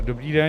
Dobrý den.